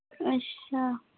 अच्छा